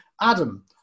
Adam